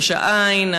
ראש העין.